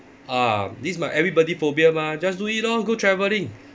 ah this might everybody phobia mah just do it lor go travelling